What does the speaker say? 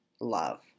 love